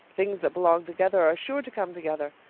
things that belong together are sure to come together.